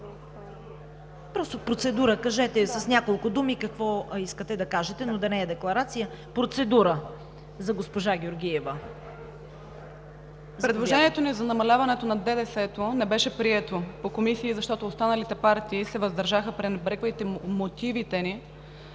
Процедура за госпожа Георгиева. БОРЯНА ГЕОРГИЕВА: Предложението ни за намаляването на ДДС-то не беше прието по комисии, защото останалите партии се въздържаха, пренебрегвайки мотивите ни,